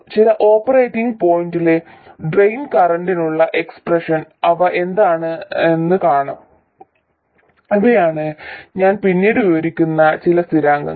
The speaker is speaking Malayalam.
ചില ഓപ്പറേറ്റിംഗ് പോയിന്റിലെ ഡ്രെയിൻ കറന്റിനുള്ള എക്സ്പ്രഷൻ അവ എന്താണെന്ന് കാണും ഇവയാണ് ഞാൻ പിന്നീട് വിവരിക്കുന്ന ചില സ്ഥിരാങ്കങ്ങൾ